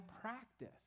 practice